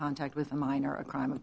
contact with a minor a crime